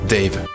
Dave